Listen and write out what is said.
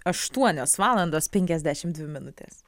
aštuonios valandos penkiasdešimt dvi minutės